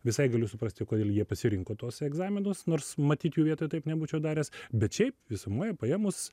visai galiu suprasti kodėl jie pasirinko tuos egzaminus nors matyt jų vietoj taip nebūčiau daręs bet šiaip visumoj paėmus